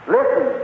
Listen